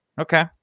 Okay